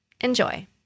Enjoy